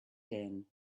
din